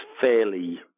fairly